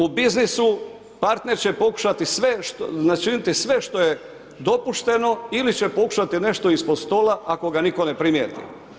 U biznisu partner će pokušati načiniti sve što je dopušteno, ili će pokušati nešto ispod stola ako ga nitko ne primijeti.